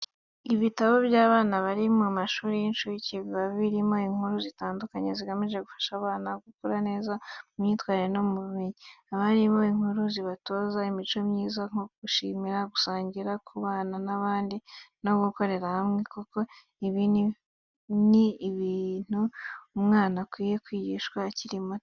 Ibitabo by'abana bari mu mashuri y'incuke biba birimo inkuru zitandukanye zigamije gufasha abana gukura neza mu myitwarire no mu bumenyi. Haba harimo inkuru zibatoza imico myiza nko gushimira, gusangira, kubana n'abandi no gukorera hamwe, kuko ibi ni ibintu umwana akwiye kwigishwa akiri muto.